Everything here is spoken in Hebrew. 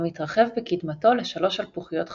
המתרחב בקדמתו לשלוש שלפוחיות חלולות,